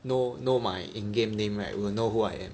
know know my in game name right will know who I am